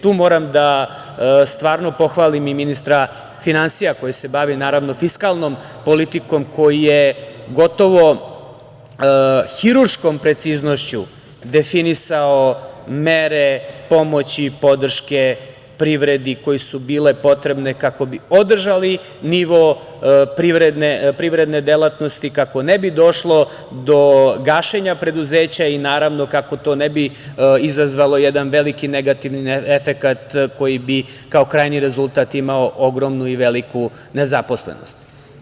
Tu moram da stvarno pohvalim i ministra finansija koji se bavi fiskalnom politikom, koji je gotovo hirurškom preciznošću definisao mere pomoći i podrške privredi koje su bile potrebne kako bi održali nivo privredne delatnosti, kako ne bi došlo do gašenja preduzeća i naravno kako to ne bi izazvalo jedan veliki negativni efekat koji bi kao krajnji rezultat imao ogromnu i veliku nezaposlenost.